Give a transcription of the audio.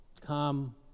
Come